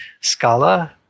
Scala